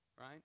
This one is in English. right